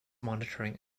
monitoring